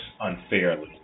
unfairly